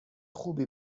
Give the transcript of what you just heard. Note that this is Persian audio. خوبی